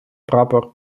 прапор